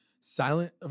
silent